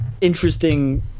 interesting